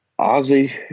Ozzy